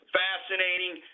fascinating